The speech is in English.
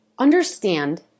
Understand